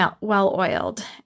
well-oiled